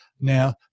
Now